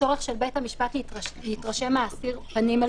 בצורך של בית המשפט להתרשם מהאסיר פנים אל פנים.